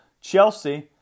Chelsea